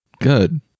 Good